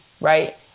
right